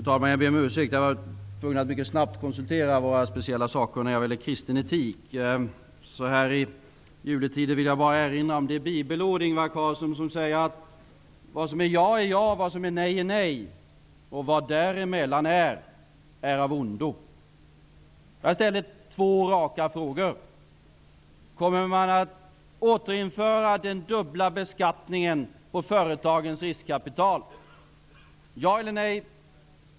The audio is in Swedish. Fru talman! Jag har mycket snabbt konsulterat våra speciella sakkunniga vad gäller kristen etik. Så här i juletider vill jag erinra Ingvar Carlsson om det Bibelord som säger: Vad som är ja är ja, och vad som är nej är nej, och vad däremellan är, är av ondo. Jag ställde två raka frågor till Ingvar Carlsson: Kommer ni att återinföra den dubbla beskattningen på företagens riskkapital? Ja eller nej?